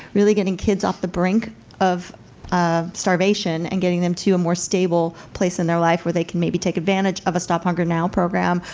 really getting kids off the brink of ah starvation and getting them to a more stable place in their life where they can maybe take advantage of a stop hunger now program,